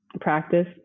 practice